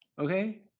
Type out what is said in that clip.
okay